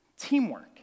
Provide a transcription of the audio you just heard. teamwork